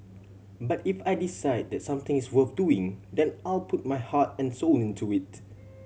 but if I decide that something is worth doing then I'll put my heart and soul into it